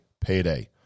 payday